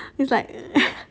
it's like